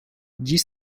dziś